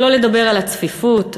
שלא לדבר על הצפיפות,